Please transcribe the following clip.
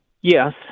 Yes